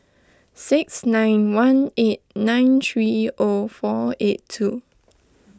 six nine one eight nine three O four eight two